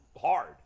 hard